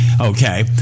Okay